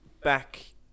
back